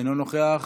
אינו נוכח,